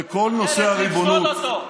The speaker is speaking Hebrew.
מי שחושב אחרת, לפסול אותו.